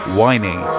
Whining